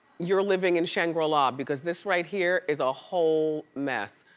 you're living in shangri-la because this right here is a whole mess.